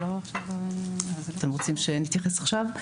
אתם רוצים שנתייחס עכשיו?